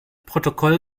protokoll